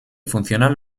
funcional